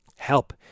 help